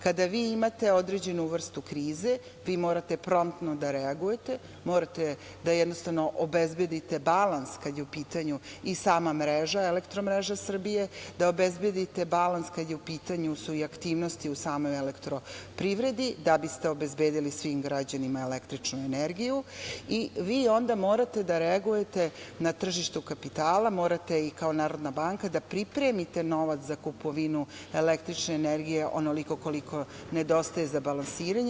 Kada vi imate određenu vrstu krize, vi morate promptno da reagujete, morate da obezbedite balans kada je u pitanju i sama mreža, elektromreža Srbije, da obezbedite balans kada su u pitanju i aktivnosti samoj Elektroprivredi da biste obezbedili svim građanima električnu energiju i vi onda morate da reagujete na tržištu kapitala, morati i kao NBS da pripremite novac za kupovinu električne energije onoliko koliko nedostaje za balansiranje.